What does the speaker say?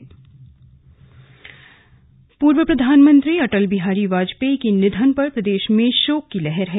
शोक पूर्व प्रधानमंत्री अटल बिहारी वाजपेयी के निधन पर प्रदेश में शोक की लहर है